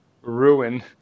ruin